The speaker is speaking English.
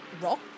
rock